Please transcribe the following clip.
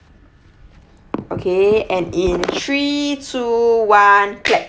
okay and in three two one clap